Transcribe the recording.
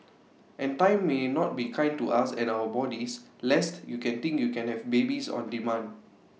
and time may not be kind to us and our bodies lest you can think you can have babies on demand